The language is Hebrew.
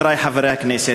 כידוע לך,